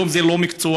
היום זה לא מקצוע,